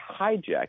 hijack